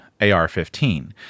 AR-15